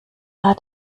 hat